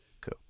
cool